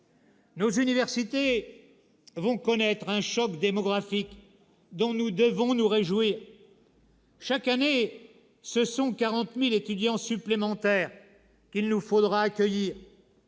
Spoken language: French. Nos universités vont connaître un choc démographique, dont nous devons nous réjouir. Chaque année, ce sont 40 000 étudiants supplémentaires qu'il nous faudra accueillir.